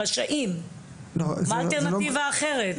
מהי האלטרנטיבה האחרת?